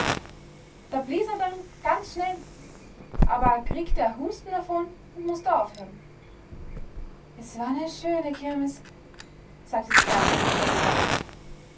da blies a dann ganz schnell aber a kriegte a husten davon und mußte aufhören es war ne schöne kirmes sagte die erste wieder begeistert